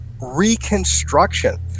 reconstruction